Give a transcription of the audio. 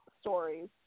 stories